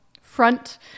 front